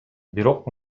бирок